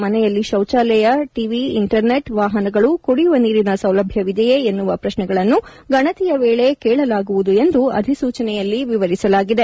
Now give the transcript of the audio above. ಮನೆಯಲ್ಲಿ ಶೌಚಾಲಯ TV internet ವಾಹನಗಳು ಕುಡಿಯುವ ನೀರಿನ ಸೌಲಭ್ಯವಿದೆಯೇ ಎನ್ನುವ ಪ್ರಶ್ನೆಗಳನ್ನು ಗಣತಿಯ ವೇಳೆ ಕೇಳಲಾಗುವುದು ಎಂದು ಅಧಿಸೂಚನೆಯಲ್ಲಿ ವಿವರಿಸಲಾಗಿದೆ